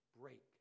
break